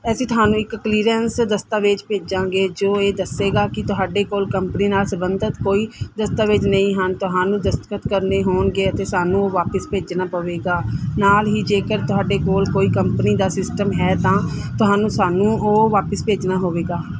ਅਸੀਂ ਤੁਹਾਨੂੰ ਇੱਕ ਕਲੀਅਰੈਂਸ ਦਸਤਾਵੇਜ਼ ਭੇਜਾਂਗੇ ਜੋ ਇਹ ਦੱਸੇਗਾ ਕਿ ਤੁਹਾਡੇ ਕੋਲ ਕੰਪਨੀ ਨਾਲ ਸੰਬੰਧਿਤ ਕੋਈ ਦਸਤਾਵੇਜ਼ ਨਹੀਂ ਹਨ ਤੁਹਾਨੂੰ ਦਸਤਖਤ ਕਰਨੇ ਹੋਣਗੇ ਅਤੇ ਸਾਨੂੰ ਉਹ ਵਾਪਸ ਭੇਜਣਾ ਪਵੇਗਾ ਨਾਲ ਹੀ ਜੇਕਰ ਤੁਹਾਡੇ ਕੋਲ ਕੋਈ ਕੰਪਨੀ ਦਾ ਸਿਸਟਮ ਹੈ ਤਾਂ ਤੁਹਾਨੂੰ ਸਾਨੂੰ ਉਹ ਵਾਪਸ ਭੇਜਣਾ ਹੋਵੇਗਾ